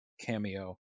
cameo